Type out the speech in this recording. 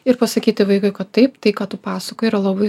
ir pasakyti vaikui kad taip tai ką tu pasakoji yra labai